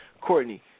Courtney